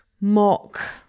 mock